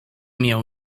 miał